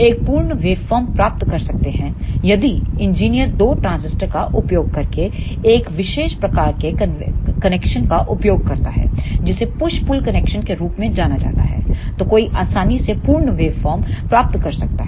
एक पूर्ण वेवफार्म प्राप्त कर सकते है यदि इंजीनियर दो ट्रांजिस्टर का उपयोग करके एक विशेष प्रकार के कनेक्शन का उपयोग करता है जिसे पुश पुल कनेक्शन के रूप में जाना जाता है तो कोई आसानी से पूर्ण वेवफार्म प्राप्त कर सकता है